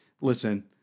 listen